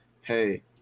hey